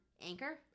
Anchor